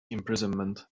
imprisonment